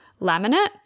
laminate